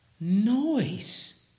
noise